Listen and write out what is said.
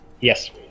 Yes